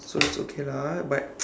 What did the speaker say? so it's okay lah ah but